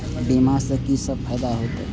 बीमा से की सब फायदा होते?